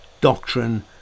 doctrine